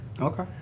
Okay